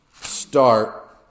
start